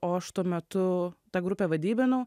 o aš tuo metu tą grupę vadybiniau